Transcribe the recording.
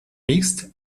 mixte